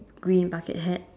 green bucket hat